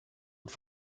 und